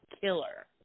killer